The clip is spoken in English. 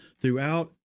throughout